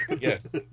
Yes